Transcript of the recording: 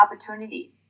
opportunities